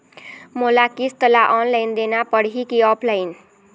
मोला किस्त ला ऑनलाइन देना पड़ही की ऑफलाइन?